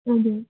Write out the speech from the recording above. हजुर